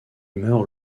meurt